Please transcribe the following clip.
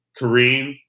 Kareem